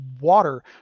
water